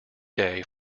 day